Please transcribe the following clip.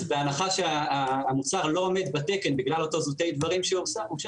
אז בהנחה שהמוצר לא עומד בתקן בגלל אותם זוטי דברים שאושר,